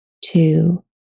two